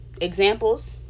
Examples